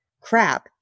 crap